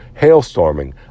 Hailstorming